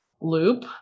loop